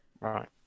right